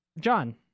John